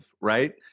right